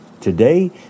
Today